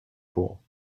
pool